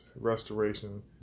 restoration